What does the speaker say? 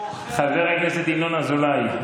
חבר הכנסת ינון אזולאי,